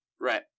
Right